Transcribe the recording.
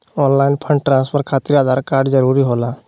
Online fund transfer खातिर Aadhaar card जरूरी होला?